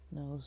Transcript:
no